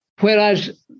Whereas